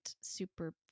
super